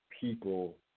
people